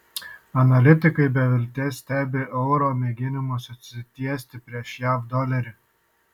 analitikai be vilties stebi euro mėginimus atsitiesti prieš jav dolerį